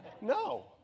No